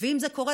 ואם זה קורה,